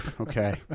okay